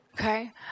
Okay